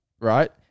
right